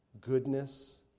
goodness